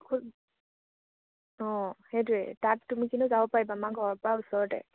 অঁ সেইটোৱে তাত তুমি যাব পাৰিবা আমাৰ ঘৰৰ পৰা ওচৰতে